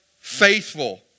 faithful